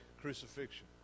crucifixion